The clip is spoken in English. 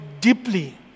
deeply